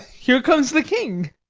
here comes the king.